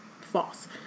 false